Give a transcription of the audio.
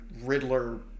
Riddler